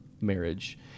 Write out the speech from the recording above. marriage